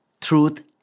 truth